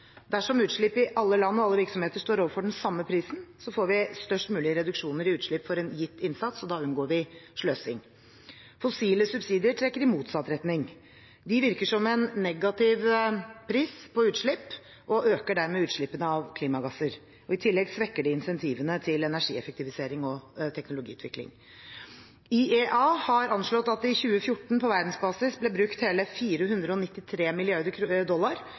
Dersom utslipp i alle land og alle virksomheter står overfor den samme prisen, får vi størst mulig reduksjoner i utslipp for en gitt innsats, og da unngår vi sløsing. Fossile subsidier trekker i motsatt retning. De virker som en negativ pris på utslipp og øker dermed utslippene av klimagasser. I tillegg svekker de incentivene til energieffektivisering og teknologiutvikling. IEA har anslått at det i 2014 på verdensbasis ble brukt hele 493 mrd. dollar